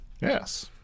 yes